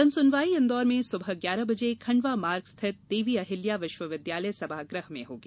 जन सुनवाई इंदौर में सुबह ग्यारह बजे खंडवा मार्ग स्थित देवी अहिल्या विश्वविद्यालय सभागृह में होगी